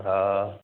हा